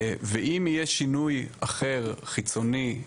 ואם יהיה שינוי אחר, חיצוני,